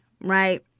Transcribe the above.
right